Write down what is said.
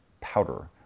powder